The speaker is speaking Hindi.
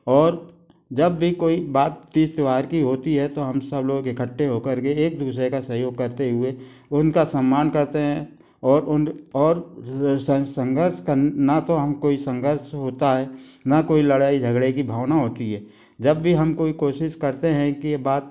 और जब भी कोई बात तीज त्यौहार की होती है तो हम सब लोग इकट्ठे होकर के एक दूसरे का सहयोग करते हुए उनका सम्मान करते हैं और उन और संघर्ष कर ना तो हम कोई संघर्ष होता है ना कोई लड़ाई झगड़े की भावना होती है जब भी हम कोई कोशिश करते हैं कि बात